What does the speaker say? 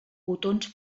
botons